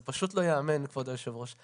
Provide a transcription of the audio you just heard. זה פשוט לא יאמן, כבוד יושבת הראש.